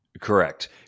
Correct